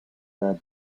their